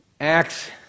acts